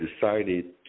decided